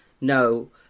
No